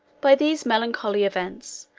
by these melancholy events,